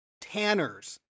Tanners